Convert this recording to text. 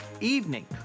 evening